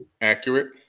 accurate